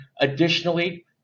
Additionally